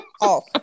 off